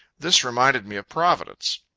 this reminded me of providence.